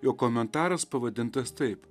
jo komentaras pavadintas taip